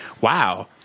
wow